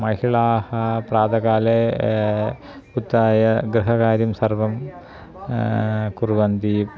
महिलाः प्रातःकाले उत्थाय गृहकार्यं सर्वं कुर्वन्ति